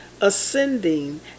ascending